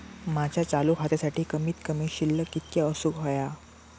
माझ्या चालू खात्यासाठी कमित कमी शिल्लक कितक्या असूक होया?